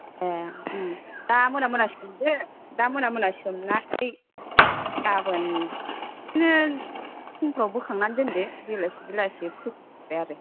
ए उम दा मोना मोना सोमदो दा मोना मोना सोमनानै गाबोन बिदिनो फुंफ्राव बोखांनानै दोनदो बेलासि बेलासि फोबाय आरो